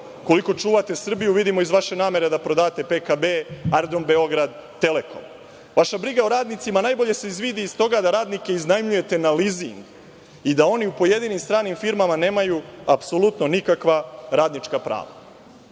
Evropi. Koliko čuvate Srbiju vidimo iz vaše namere da prodate PKB, Aerodrom „Beograd“, „Telekom“.Vaša briga o radnicima najbolje se vidi iz toga da radnike iznajmljujete na lizing i da oni u pojedinim stranim firmama nemaju apsolutno nikakva radnička